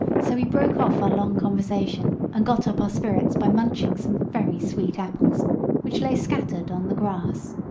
so we broke off our long conversation, and got up our spirits by munching some very sweet apples which lay scattered on the grass.